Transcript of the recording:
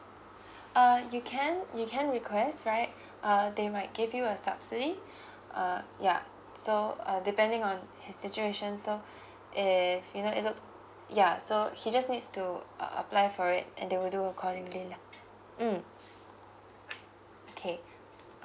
uh you can you can request right uh they might give you a subsidy uh yeah so err depending on his situation so eh you know it looks ya so he just needs to uh apply for it and they will do accordingly lah mm okay